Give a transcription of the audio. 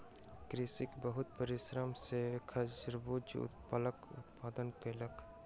कृषक बहुत परिश्रम सॅ खरबूजा फलक उत्पादन कयलक